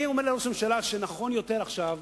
אני אומר לראש הממשלה שנכון יותר עכשיו